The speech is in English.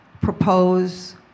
propose